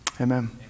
amen